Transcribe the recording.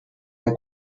der